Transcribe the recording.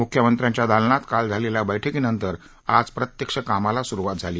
मुख्यमंत्र्यांच्या दालनात काल झालेल्या बैठकी नंतर आज प्रत्यक्ष कामाला सुरुवात झाली